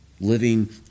living